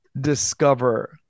discover